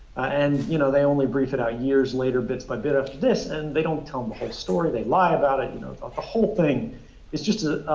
and, you know, they only brief it out years later bits by bits after this, and they don't tell the whole story, they lie about it. you know, the ah whole thing is just